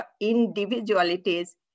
individualities